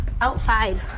Outside